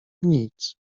nic